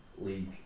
league